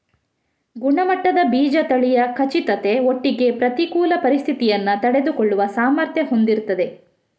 ಗುಣಮಟ್ಟದ ಬೀಜ ತಳಿಯ ಖಚಿತತೆ ಒಟ್ಟಿಗೆ ಪ್ರತಿಕೂಲ ಪರಿಸ್ಥಿತಿಯನ್ನ ತಡೆದುಕೊಳ್ಳುವ ಸಾಮರ್ಥ್ಯ ಹೊಂದಿರ್ತದೆ